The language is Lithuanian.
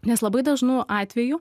nes labai dažnu atveju